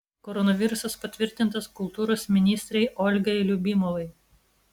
koronavirusas patvirtintas kultūros ministrei olgai liubimovai